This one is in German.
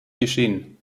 geschehen